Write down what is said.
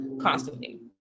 constantly